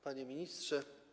Panie Ministrze!